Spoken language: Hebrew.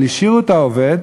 אבל השאירו את העובד,